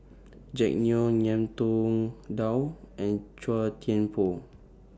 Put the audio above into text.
Jack Neo Ngiam Tong Dow and Chua Thian Poh